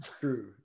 True